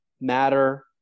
matter